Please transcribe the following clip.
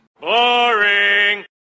Boring